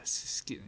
skip